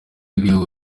rw’ibihugu